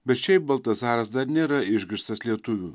bet šiaip baltazaras dar nėra išgirstas lietuvių